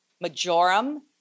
majorum